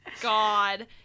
god